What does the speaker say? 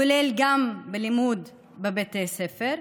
כולל בלימוד בבתי ספר,